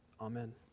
Amen